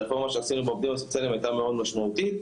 הרפורמה שעשינו עם העובדים הסוציאליים הייתה מאוד משמעותית.